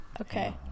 Okay